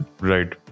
Right